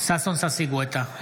ששון ששי גואטה,